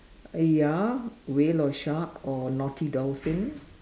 uh ya whale or shark or naughty dolphin